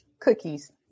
Cookies